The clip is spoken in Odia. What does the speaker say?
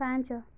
ପାଞ୍ଚ